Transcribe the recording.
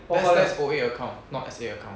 S_S_O_A account not S_A account